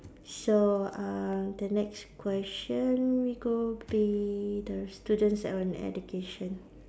so uh the next question we go be the students and education